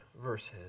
verses